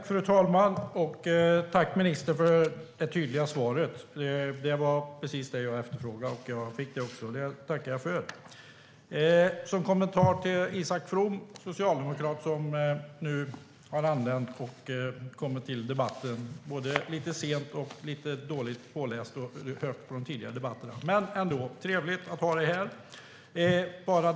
Fru talman! Jag tackar ministern för det tydliga svaret. Det var precis det som jag efterfrågade. Jag ska kommentera det som socialdemokraten Isak From, som nu har anlänt till debatten både lite sent och lite dåligt påläst, sa. Men det är trevligt att ha dig här, Isak From.